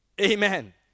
Amen